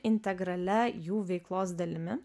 integralia jų veiklos dalimi